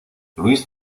luis